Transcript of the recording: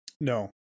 No